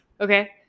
Okay